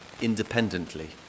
independently